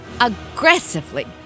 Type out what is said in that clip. Aggressively